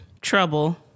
Trouble